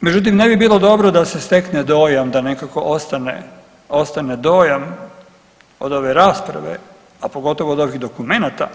Međutim, ne bi bilo dobro da se stekne dojam da nekako ostane dojam od ove rasprave, a pogotovo od ovih dokumenata